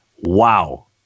Wow